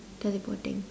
teleporting